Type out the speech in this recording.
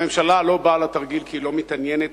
הממשלה לא באה לתרגיל כי היא לא מתעניינת